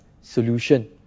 solution